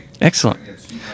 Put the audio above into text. Excellent